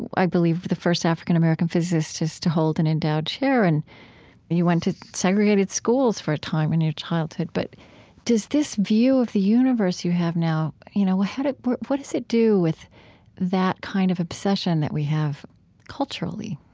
i believe, the first african-american physicist to hold an endowed chair and you went to segregated schools for a time in your childhood. but does this view of the universe you have now, you know ah what what does it do with that kind of obsession that we have culturally?